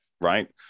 right